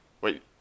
Wait